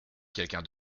quelqu’un